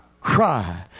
Cry